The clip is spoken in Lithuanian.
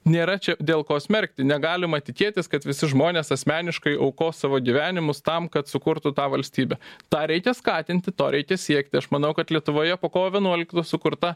nėra čia dėl ko smerkti negalima tikėtis kad visi žmonės asmeniškai aukos savo gyvenimus tam kad sukurtų tą valstybę tą reikia skatinti to reikia siekti aš manau kad lietuvoje po kovo vienuoliktos sukurta